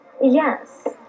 Yes